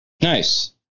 Nice